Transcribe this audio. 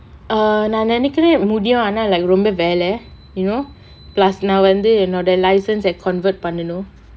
err நான் நினைக்குறேன் முடியும் ஆனா:naan ninaikkuraen mudiyum aanaa like ரொம்ப வேல:romba vela you know plus நா வந்து என்னோட:naa vanthu ennoda licence ah convert பண்ணனும்:pannanum